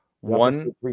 one